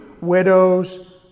widows